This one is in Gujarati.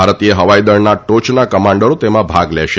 ભારતીય હવાઈ દળના ટોચના કમાન્ડરો તેમાં ભાગ લેશે